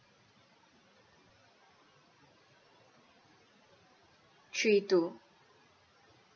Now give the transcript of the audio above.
three two